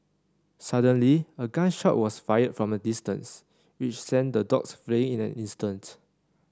suddenly a gun shot was fired from a distance which sent the dogs fleeing in an instant